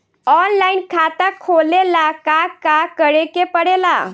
Online खाता खोले ला का का करे के पड़े ला?